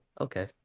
okay